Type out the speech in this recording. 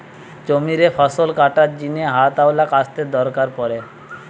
জমিরে ফসল কাটার জিনে হাতওয়ালা কাস্তের দরকার পড়ে